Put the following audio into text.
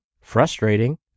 frustrating